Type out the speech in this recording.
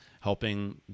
helping